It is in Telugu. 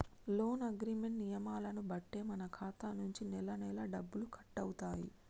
లోన్ అగ్రిమెంట్ నియమాలను బట్టే మన ఖాతా నుంచి నెలనెలా డబ్బులు కట్టవుతాయి